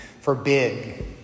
forbid